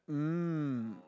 hmm